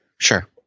sure